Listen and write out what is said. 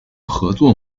合作